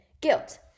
guilt